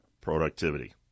productivity